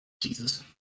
Jesus